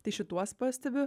tai šituos pastebiu